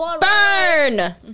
burn